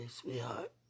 sweetheart